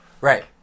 Right